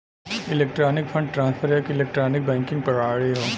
electronic fund transfer एक electronic banking प्रणाली हौ